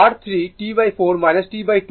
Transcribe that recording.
সুতরাং সেই ক্ষেত্রে স্লোপ হবে 5 T4